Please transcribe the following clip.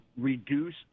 reduce